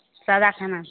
सादा खाना